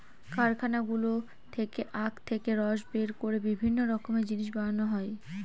কারখানাগুলো থেকে আখ থেকে রস বের করে বিভিন্ন রকমের জিনিস বানানো হয়